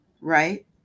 right